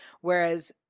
whereas